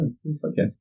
Okay